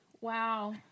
wow